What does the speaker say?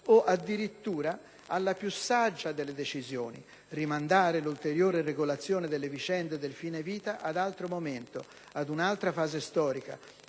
o, addirittura, alla più saggia delle decisioni: rimandare l'ulteriore regolazione delle vicende del fine vita ad altro momento, o ad altra fase storica,